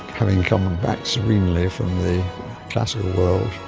having come back serenely from the classical world,